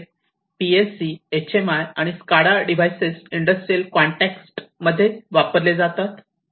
आपल्याकडे PLC HMI आणि SCADA devices industrial context मध्ये वापरले जातात